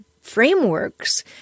frameworks